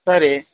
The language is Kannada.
ಸರಿ